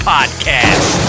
Podcast